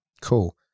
Cool